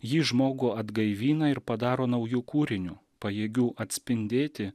ji žmogų atgaivina ir padaro nauju kūriniu pajėgiu atspindėti